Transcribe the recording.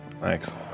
Thanks